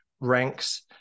ranks